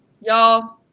y'all